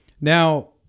Now